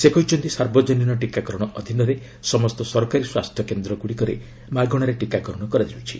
ସେ କହିଛନ୍ତି ସାର୍ବଜନୀନ ଟୀକାକରଣ ଅଧୀନରେ ସମସ୍ତ ସରକାରୀ ସ୍ୱାସ୍ଥ୍ୟ କେନ୍ଦ୍ରଗୁଡ଼ିକରେ ମାଗଣାରେ ଟୀକାକରଣ କରାଯାଉଛି